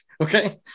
Okay